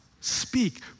Speak